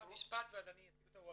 משפט ואז אני אציג אותו.